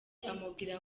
amubwira